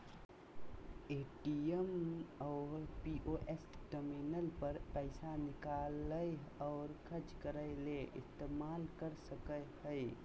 ATM और POS terminal पर पैसा निकालय और ख़र्चा करय ले इस्तेमाल कर सकय हइ